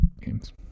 games